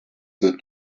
wird